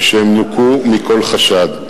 והם נוקו מכל חשד.